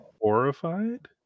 horrified